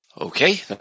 Okay